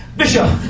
bishop